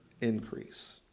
increase